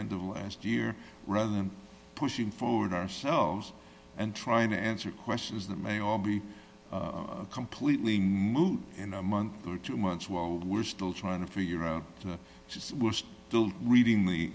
end of last year rather than pushing forward ourselves and trying to answer questions that may all be completely moot in a month or two months while we're still trying to figure out just reading